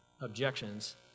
objections